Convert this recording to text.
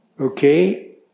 Okay